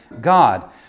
God